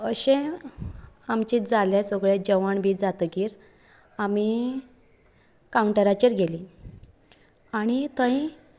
अशें आमचे जाले सगळे जेवण बी जातगीर आमी काउंटराचेर गेली आनी थंय